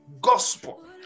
gospel